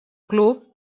club